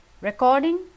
Recording